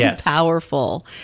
Powerful